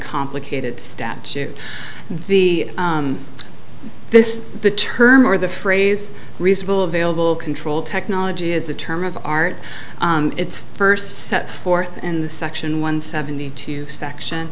complicated statute the this is the term or the phrase reasonable available control technology is a term of art it's first set forth in the section one seventy two section